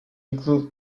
include